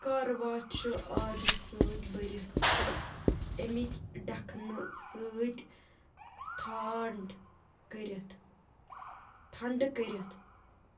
کاروا چھُ آبہِ سۭتۍ بٔرِتھ تہٕ اَمِکۍ ڈکنہٕ سۭتۍ تھانٛڈ کٔرِتھ ٹھنٛڈٕ کٔرِتھ